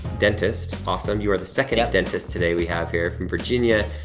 dentist, awesome. you are the second dentist today we have here from virginia.